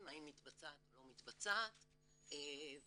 האם חיפשתם משרד אחר שיבצע את התכנית